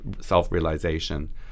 self-realization